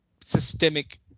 systemic